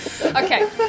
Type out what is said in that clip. Okay